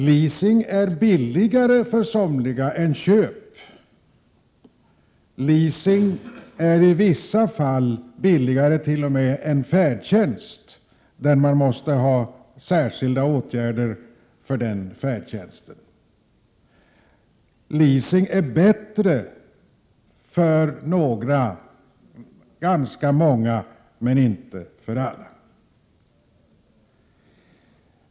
Leasing är för somliga billigare än köp och i en del fall t.o.m. billigare än färdtjänsten, eftersom vissa åtgärder måste vidtas för denna. Leasing är alltså bättre för några, för att inte säga för ganska många, men inte för alla.